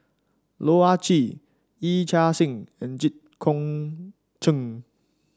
Loh Ah Chee Yee Chia Hsing and Jit Koon Ch'ng